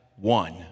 one